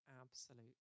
absolute